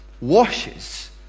washes